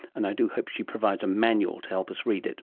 and i do hope she provides a manual to help us read it